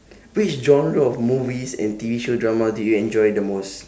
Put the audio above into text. which genre of movies and T_V show drama do you enjoy the most